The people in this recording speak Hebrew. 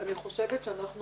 אני חושבת שאנחנו